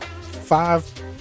Five